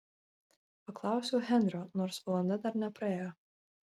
paklausiau henrio nors valanda dar nepraėjo